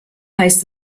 heißt